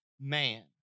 man